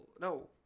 no